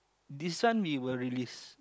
this one we will release